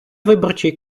виборчий